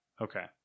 okay